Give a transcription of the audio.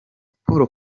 paul